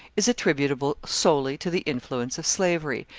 is attributable solely to the influence of slavery,